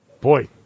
Boy